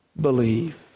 believe